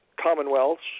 commonwealths